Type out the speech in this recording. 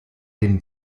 den